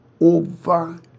over